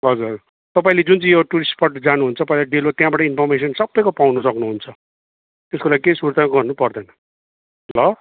हजुर तपाईँले जुन चाहिँ यो टुरिस्ट स्पट जानुहुन्छ तपाईँ डेलो तपाईँ इन्फर्मेसन सबैको पाउनु सक्नुहुन्छ त्यसको लागि केही सुर्ता गर्नुपर्दैन ल